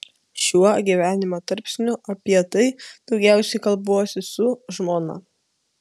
šiuo gyvenimo tarpsniu apie tai daugiausiai kalbuosi su žmona